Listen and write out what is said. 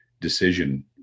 decision